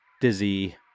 dizzy